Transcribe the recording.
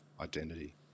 identity